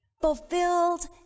Fulfilled